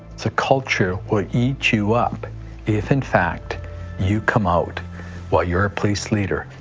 the culture will eat you up if in fact you come out while you're a police leader.